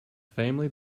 family